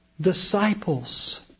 disciples